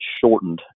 shortened